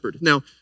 Now